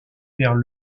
vers